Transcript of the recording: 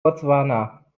botswana